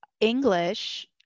English